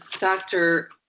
Dr